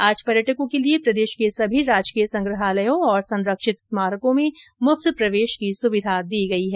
आज पर्यटकों के लिये प्रदेश के सभी राजकीय संग्रहालयों और संरक्षित स्मारकों में मुफ्त प्रवेश की सुविधा दी गई है